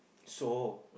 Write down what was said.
so